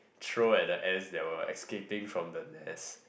throw at the ants that were escaping from the nest